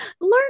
Learn